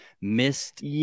missed